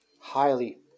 highly